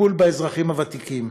לטיפול באזרחים הוותיקים,